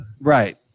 right